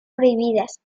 prohibidas